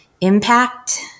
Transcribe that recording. impact